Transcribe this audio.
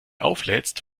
auflädst